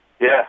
Yes